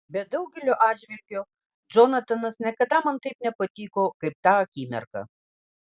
bet daugeliu atžvilgių džonatanas niekada man taip nepatiko kaip tą akimirką